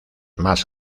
más